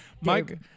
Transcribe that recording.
Mike